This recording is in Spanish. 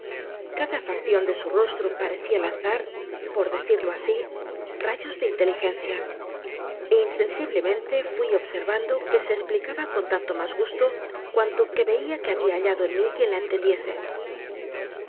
cada facción de su rostro paracía lanzar por decirlo asi rayos de inteligencia é insensiblemente fui observando que se esplicaba con tanto mas gusto cuanto que veia que había hallado en mí quien la entendiese